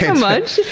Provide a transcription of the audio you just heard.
yeah much.